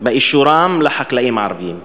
באישורם לחקלאים הערבים.